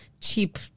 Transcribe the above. cheap